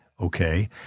Okay